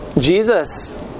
Jesus